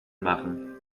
machen